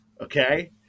okay